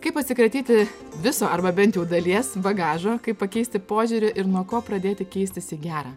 kaip atsikratyti viso arba bent jau dalies bagažo kaip pakeisti požiūrį ir nuo ko pradėti keistis į gera